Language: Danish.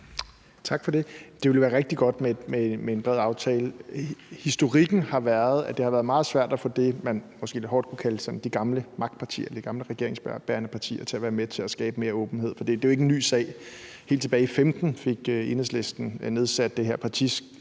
Tak for det. Det ville jo være rigtig godt med en bred aftale. Historikken har været, at det har været meget svært at få det, man måske sådan lidt hårdt kunne kalde de gamle magtpartier eller de gamle regeringsbærende partier, til at være med til at skabe mere åbenhed. For det er jo ikke en ny sag. Helt tilbage i 2015 fik Enhedslisten nedsat det her